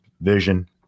vision